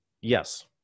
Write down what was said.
Yes